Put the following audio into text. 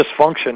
dysfunction